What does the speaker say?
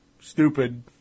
Stupid